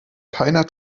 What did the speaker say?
keiner